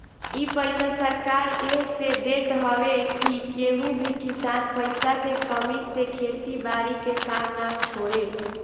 इ पईसा सरकार एह से देत हवे की केहू भी किसान पईसा के कमी से खेती बारी के काम ना छोड़े